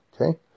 okay